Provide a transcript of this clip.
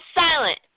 silent